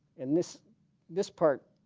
and this this part